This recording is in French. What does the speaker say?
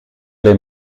les